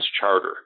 Charter